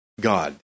God